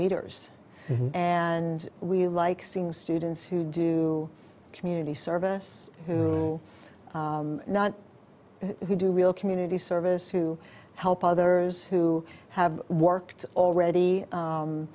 leaders and we like seeing students who do community service who are not who do real community service who help others who have worked already